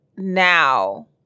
Now